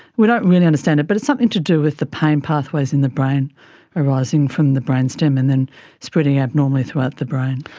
we don't really understand it but it's something to do with the pain pathways in the brain arising from the brain stem and then spreading abnormally throughout the brain.